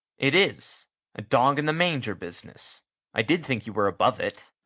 it is a dog-in-the-manger business i did think you were above it.